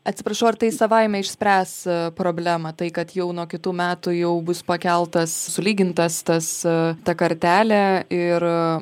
atsiprašau ar tai savaime išspręs problemą tai kad jau nuo kitų metų jau bus pakeltas sulygintas tas ta kartelė ir